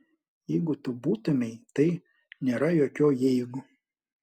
jeigu tu būtumei tai nėra jokio jeigu